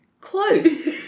Close